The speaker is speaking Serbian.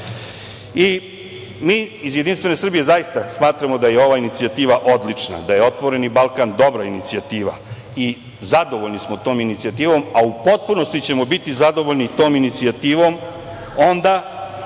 iz JS zaista smatramo da je ova inicijativa odlična, da je „Otvoreni Balkan“ dobra inicijativa. Zadovoljni smo tom inicijativom, a u potpunosti ćemo biti zadovoljni tom inicijativom onda